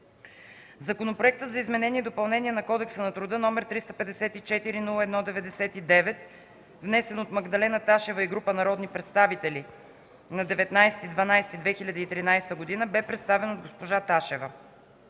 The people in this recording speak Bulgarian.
Законопроектът за изменение и допълнение на Кодекса на труда, № 354-01-99, внесен от Магдалена Ташева и група народни представители на 19 декември 2013 г., бе представен от госпожа Ташева.